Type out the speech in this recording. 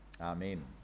Amen